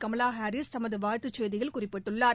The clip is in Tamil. கமலா ஹாரிஸ் தமது வாழ்த்துச் செய்தியில் குறிப்பிட்டுள்ளார்